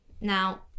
Now